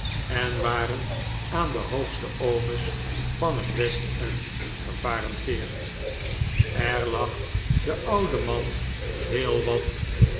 en waren aan de hooge oomes van het west-end geparenteerd er lag den ouden man heel wat